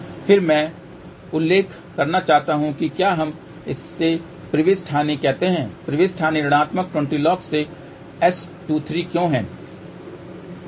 फिर से मैं उल्लेख करना चाहता हूं कि क्या हम इसे प्रविष्टि हानि कहते हैं प्रविष्टि हानि ऋणात्मक 20 log से S23 क्यों है